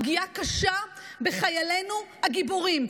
זו פגיעה קשה בחיילינו הגיבורים.